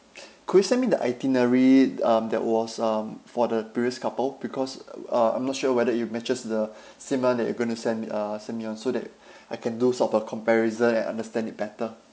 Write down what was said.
could you send me the itinerary um that was um for the previous couple because uh I'm not sure whether it matches the same one that you're gonna send me uh send me one so that I can do sort of comparison and understand it better